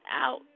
out